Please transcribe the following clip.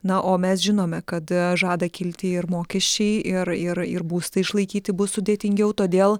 na o mes žinome kad žada kilti ir mokesčiai ir ir ir būstą išlaikyti bus sudėtingiau todėl